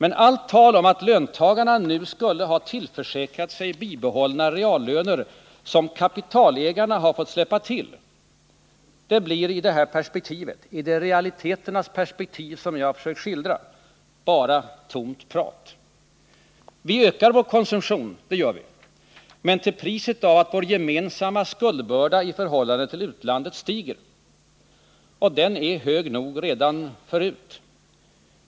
Allt tal om att löntagarna nu skulle ha tillförsäkrat sig bibehållna reallöner som kapitalägarna har fått släppa till, blir i detta realiteternas perspektiv som jag har försökt skildra bara tomt prat. Vi ökar vår konsumtion, men till priset av att vår gemensamma skuldbörda i förhållande till utlandet stiger. Och den är hög nog redan förut.